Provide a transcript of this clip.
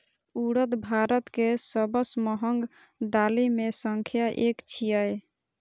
उड़द भारत के सबसं महग दालि मे सं एक छियै